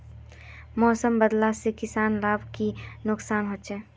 मौसम बदलाव से किसान लाक की नुकसान होचे?